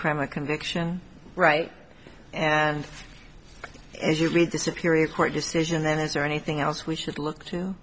crime of conviction right and as you read the superior court decision then is there anything else we should loo